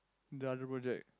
the other project